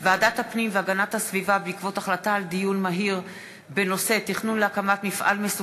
ועדת הפנים והגנת הסביבה בעקבות דיון מהיר בהצעה של חברת